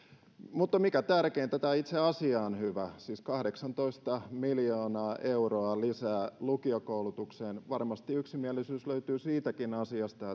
mutta mikä tärkeintä tämä itse asia on hyvä siis kahdeksantoista miljoonaa euroa lisää lukiokoulutukseen varmasti yksimielisyys löytyy siitäkin asiasta